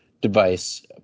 device